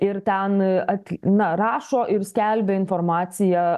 ir ten at na rašo ir skelbia informaciją